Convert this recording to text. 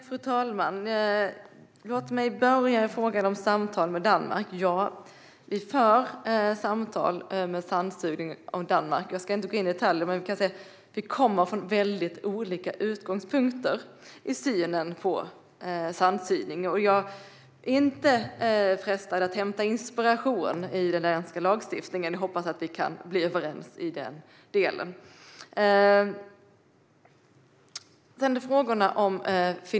Fru talman! Ja, vi för samtal med Danmark om sandsugning. Jag ska inte gå in på detaljer, men jag kan säga att vi kommer från väldigt olika utgångspunkter när det gäller synen på sandsugning. Jag är inte frestad att hämta inspiration från den danska lagstiftningen. Jag hoppas att jag och Anders Hansson kan komma överens om det.